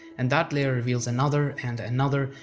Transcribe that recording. and that layer reveals another, and another,